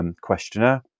questionnaire